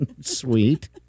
Sweet